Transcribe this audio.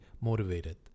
motivated